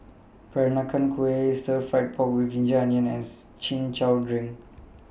Peranakan Kueh Stir Fried Pork with Ginger Onions and Chin Chow Drink